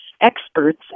experts